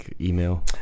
email